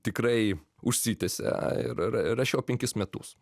tikrai užsitęsė ir ir rašiau penkis metus